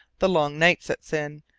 the long night sets in,